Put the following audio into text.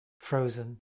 frozen